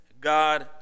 God